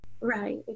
Right